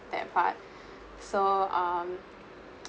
that part so um